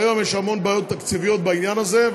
היום יש המון בעיות תקציביות בעניין הזה,